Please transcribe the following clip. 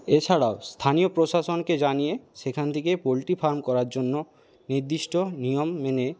এছাড়াও স্থানীয় প্রশাসনকে জানিয়ে সেখান থেকে পোলট্রি ফার্ম করার জন্য নির্দিষ্ট নিয়ম মেনে